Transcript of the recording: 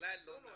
בכלל לא נכון.